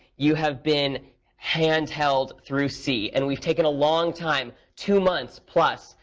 you have been handheld through c. and we've taken a long time, two months plus,